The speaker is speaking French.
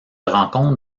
rencontre